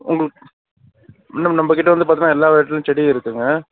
உங்களுக்கு மேம் நம்மகிட்ட வந்து பார்த்தின்னா எல்லா வெரைட்டிலேயும் செடி இருக்குங்க